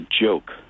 joke